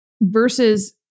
versus